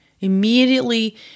immediately